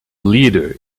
leader